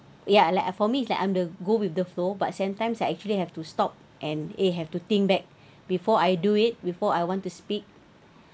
ya like I for me it's like I'm the go with the flow but sometimes I actually have to stop and eh have to think back before I do it before I want to speak